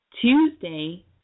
Tuesday